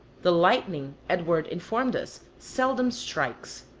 the lightning, edwards informed us, seldom strikes.